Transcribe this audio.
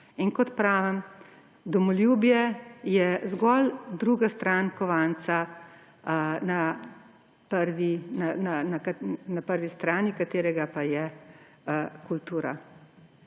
In kot pravim, domoljubje je zgolj druga stran kovanca na prvi strani, katerega pa je kultura.